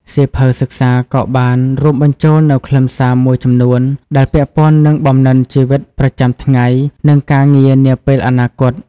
សៀវភៅសិក្សាក៏បានរួមបញ្ចូលនូវខ្លឹមសារមួយចំនួនដែលពាក់ព័ន្ធនឹងបំណិនជីវិតប្រចាំថ្ងៃ និងការងារនាពេលអនាគត។